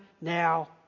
now